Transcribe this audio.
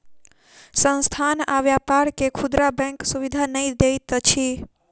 संस्थान आ व्यापार के खुदरा बैंक सुविधा नै दैत अछि